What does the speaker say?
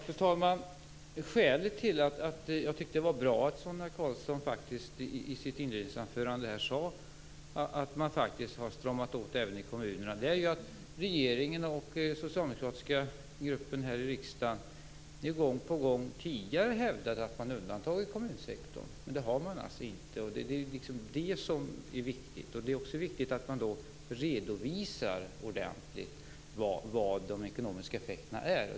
Fru talman! Skälet till att jag tyckte att det var bra att Sonia Karlsson faktiskt i sitt inledningsanförande sade att man har stramat åt även i kommunerna är att regeringen och den socialdemokratiska gruppen här i riksdagen gång på gång tidigare har hävdat att man har undantagit kommunsektorn. Men det har man alltså inte. Det är det som är viktigt. Det är också viktigt att man då redovisar ordentligt vilka de ekonomiska effekterna är.